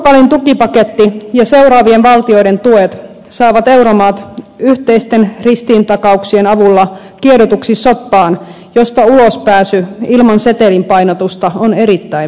portugalin tukipaketti ja seuraavien valtioiden tuet saavat euromaat yhteisten ristiintakauksien avulla kiedotuksi soppaan josta ulospääsy ilman setelinpainatusta on erittäin vaikeaa